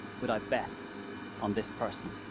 would i bet on this person?